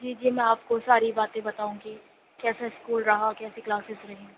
جی جی میں آپ کو ساری باتیں بتاؤں گی کیسا اسکول رہا کیسی کلاسز رہیں